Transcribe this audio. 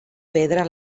pedra